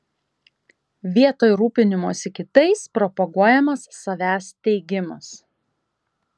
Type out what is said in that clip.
vietoj rūpinimosi kitais propaguojamas savęs teigimas